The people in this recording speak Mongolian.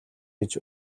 гэж